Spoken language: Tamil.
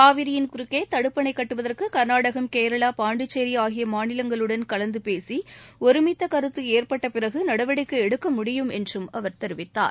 காவிரியின் குறுக்கேதடுப்பணைகட்டுவதற்குகர்நாடகம் கேரளா பாண்டிச்சேரிஆகியமாநிலங்களுடன் கலந்துபேசிஒருமித்தகருத்துஏற்பட்டபிறகுநடவடிக்கைஎடுக்க முடியும் என்றும் அவர் தெரிவித்தார்